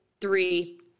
Three